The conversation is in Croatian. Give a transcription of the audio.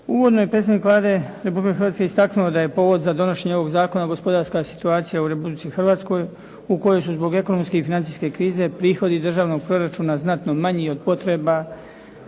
Uvodno je predstavnik Vlade Republike Hrvatske da je povod za donošenje ovog zakona gospodarska situacija u Republici Hrvatskoj u kojoj su zbog ekonomske i financijske krize prihodi državnog proračuna znatno manji od potreba